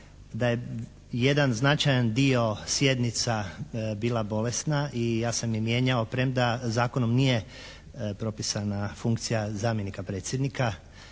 da je jedan značajan dio sjednica bila bolesna i ja sam je mijenjao premda zakonom nije propisana funkcija zamjenika predsjednika.